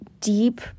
deep